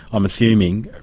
i'm assuming,